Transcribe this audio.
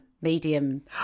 Medium